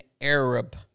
Arab